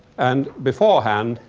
and beforehand,